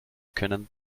können